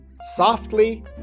softly